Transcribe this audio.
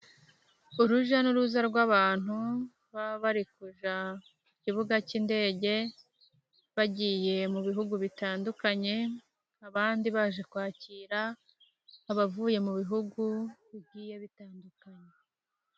Urujya n'uruza rw'abantu baba bari kujya kibuga cy'indege bagiye mu bihugu bitandukanye, abandi baje kwakira abavuye mu bihugu bigiye bitandukanye.